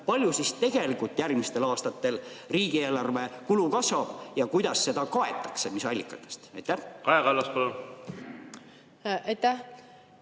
palju siis tegelikult järgmistel aastatel riigieelarve kulu kasvab ja kuidas seda kaetakse, mis allikatest? Kaja